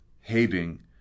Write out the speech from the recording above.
hating